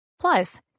Plus